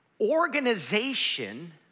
Organization